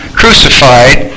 crucified